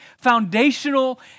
foundational